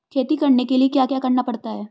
खेती करने के लिए क्या क्या करना पड़ता है?